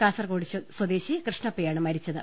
കാസർകോട് സ്വദേശി കൃഷ്ണപ്പ യാണ് മരിച്ചത്